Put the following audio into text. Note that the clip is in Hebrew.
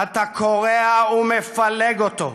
אתה קורע ומפלג אותו,